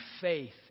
faith